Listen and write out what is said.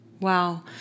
Wow